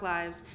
Lives